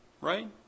right